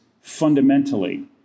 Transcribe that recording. fundamentally